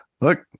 look